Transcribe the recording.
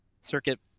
Circuit